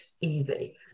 easy